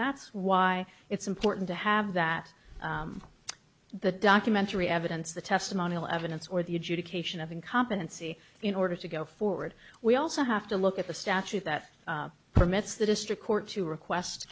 that's why it's important to have that the documentary evidence the testimonial evidence or the adjudication of incompetency in order to go forward we also have to look at the statute that permits the district court to request